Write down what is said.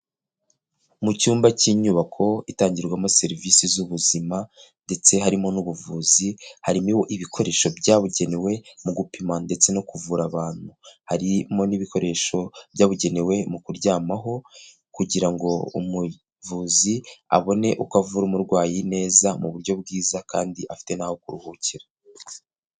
Mu cyumba cy'inyubako itangirwamo serivisi z'ubuzima ndetse harimo n'ubuvuzi, harimo ibikoresho byabugenewe mu gupima ndetse no kuvura abantu. Harimo n'ibikoresho byabugenewe mu kuryamaho, kugira ngo umuvuzi abone uko avura umurwayi neza mu buryo bwiza, kandi afite naho kuruhukira.